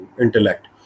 intellect